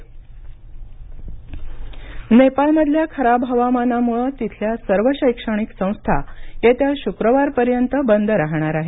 नेपाळ हवामान नेपाळमधल्या खराब हवामानामुळे तिथल्या सर्व शैक्षणिक संस्था येत्या शुक्रवारपर्यंत बंद राहणार आहेत